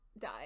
die